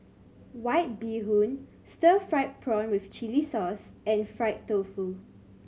White Bee Hoon stir fried prawn with chili sauce and fried tofu